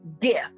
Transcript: gift